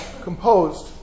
composed